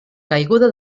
caiguda